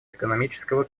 экономического